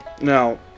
now